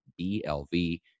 BLV